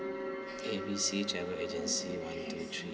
A B C travel agency one two three